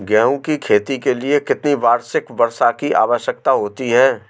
गेहूँ की खेती के लिए कितनी वार्षिक वर्षा की आवश्यकता होती है?